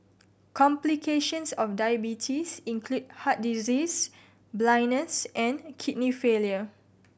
complications of diabetes include heart disease blindness and kidney failure